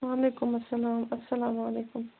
وعلیکُم السلام السلام علیکُم